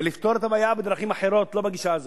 ולפתור את הבעיה בדרכים אחרות, לא בגישה הזאת.